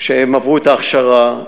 הם עברו את ההכשרה,